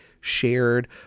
shared